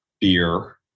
beer